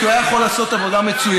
כי הוא היה יכול לעשות עבודה מצוינת.